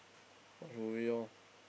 watch movie lor